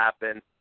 happen